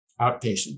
Outpatient